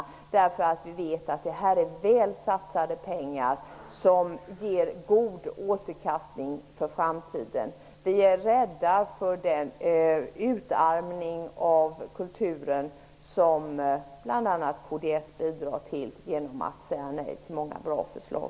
Vi vill stärka den eftersom vi vet att det är väl satsade pengar som ger god avkastning i framtiden. Vi är rädda för den utarmning av kulturen som bl.a. kds bidrar till genom att säga nej till många bra förslag.